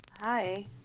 hi